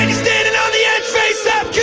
standing on the edge face up